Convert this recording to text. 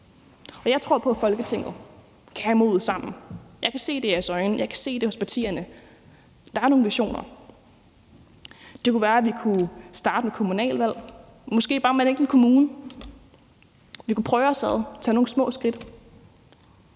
Jeg tror på, at Folketinget kan have modet sammen. Jeg kan se det i jeres øjne, og jeg kan se det hos partierne. Der er nogle visioner. Det kunne være, at vi kunne starte med kommunalvalget og måske bare med en enkelt kommune. Vi kunne prøve os ad og tage nogle små skridt.